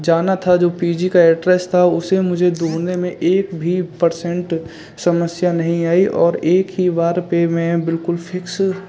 जाना था जो पी जी का एड्रैस था उसे मुझे ढूँढने में एक भी परसेंट समस्या नहीं आई और एक ही बार पर मैं बिल्कुल फिक्स